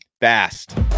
fast